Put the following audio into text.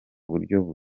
buryo